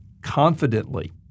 confidently